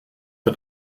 hat